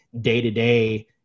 day-to-day